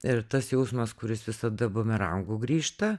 ir tas jausmas kuris visada bumerangu grįžta